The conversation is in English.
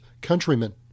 countrymen